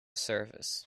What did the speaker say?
service